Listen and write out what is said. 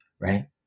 right